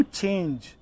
change